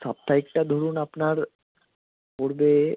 সাপ্তাহিকটা ধরুন আপনার পড়বে